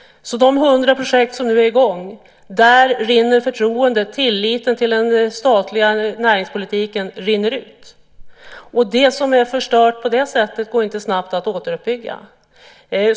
Inom de hundra projekt som nu är i gång rinner förtroendet, tilliten till den statliga näringspolitiken, ut. Det som är förstört på det sättet går inte snabbt att återuppbygga.